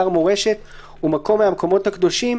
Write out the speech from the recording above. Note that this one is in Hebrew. אתר מורשת ומקום מהמקומות הקדושים,